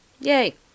Yay